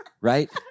Right